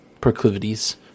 proclivities